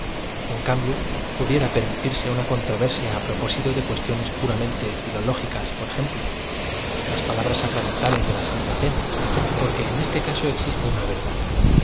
en cambio pudiera permitirse una controversia á propósito de cuestiones puramente filológicas por tem p lo las palabras sacramentales de la santa cena porque en este caso existe una verdad